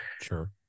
Sure